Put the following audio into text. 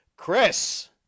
Chris